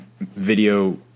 video